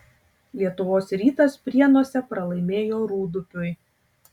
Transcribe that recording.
lietuvos rytas prienuose pralaimėjo rūdupiui